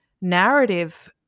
narrative